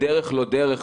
בדרך לא דרך,